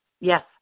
Yes